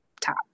top